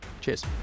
Cheers